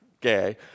gay